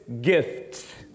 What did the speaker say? gift